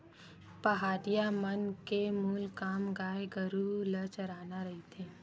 पहाटिया मन के मूल काम गाय गरु ल चराना रहिथे